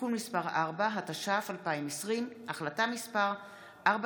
(תיקון מס' 4), התש"ף 2020, החלטה מס' 4994,